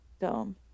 Dumb